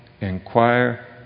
inquire